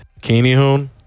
Kinihoon